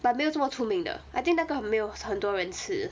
but 没有这么出名的 I think 那个很没有很多人吃